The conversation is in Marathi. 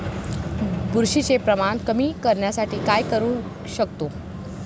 बुरशीचे प्रमाण कमी करण्यासाठी काय करू शकतो?